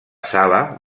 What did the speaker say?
sala